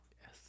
Yes